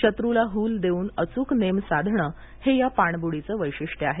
शत्रूला हूल देऊन अचूक नेम साधणे या पाणबुडीचं वैशिष्ट्य आहे